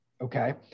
okay